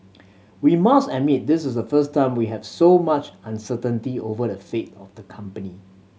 we must admit this is the first time we have so much uncertainty over the fate of the company